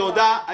תודה רבה.